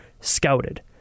scouted